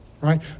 right